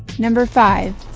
number five